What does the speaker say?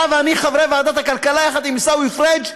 אתה ואני חברי ועדת הכלכלה, יחד עם עיסאווי פריג',